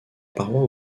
paroi